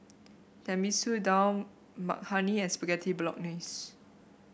Tenmusu Dal Makhani and Spaghetti Bolognese